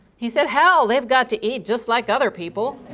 he said, hell they've got to eat just like other people!